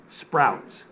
sprouts